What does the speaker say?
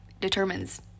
determines